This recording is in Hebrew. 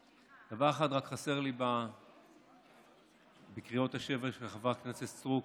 רק דבר אחד חסר לי בקריאות השבר של חברת הכנסת סטרוק.